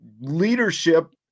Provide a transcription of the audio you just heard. leadership